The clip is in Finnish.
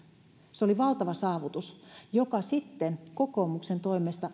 se oli valtava saavutus joka sitten kokoomuksen toimesta